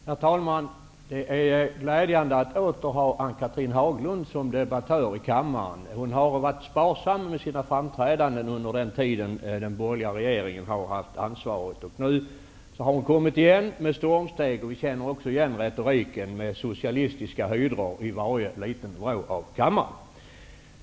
Herr talman! Det är glädjande att åter ha Ann Cathrine Haglund som debattör här i kammaren. Hon har varit sparsam med sina framträdanden under den tid som den borgerliga regeringen har haft ansvaret. Nu har hon kommit igen med stormsteg, och vi känner också igen retoriken om socialistiska hydror i varje liten vrå av kammaren.